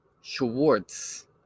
Schwartz